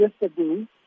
yesterday